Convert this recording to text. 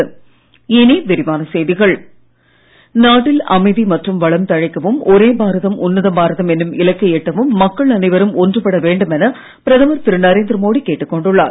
மோடி அணிவகுப்பு நாட்டில் அமைதி மற்றும் வளம் தழைக்கவும் ஒரே பாரதம் உன்னத பாரதம் என்னும் இலக்கை எட்டவும் மக்கள் அனைவரும் ஒன்றுபட வேண்டுமென பிரதமர் திரு நரேந்திர மோடி கேட்டுக் கொண்டுள்ளார்